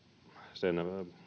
sen